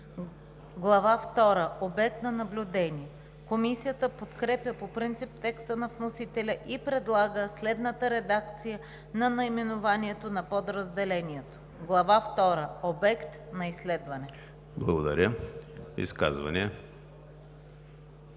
втора – Обект на наблюдение“. Комисията подкрепя по принцип текста на вносителя и предлага следната редакция на наименованието на подразделението: „Глава втора – Обект на изследване“.